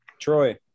Troy